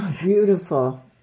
Beautiful